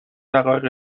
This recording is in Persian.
دقایق